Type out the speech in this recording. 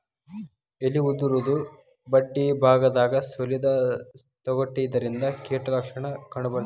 ಎಲಿ ಉದುರುದು ಬಡ್ಡಿಬಾಗದಾಗ ಸುಲಿದ ತೊಗಟಿ ಇದರಿಂದ ಕೇಟ ಲಕ್ಷಣ ಕಂಡಬರ್ತೈತಿ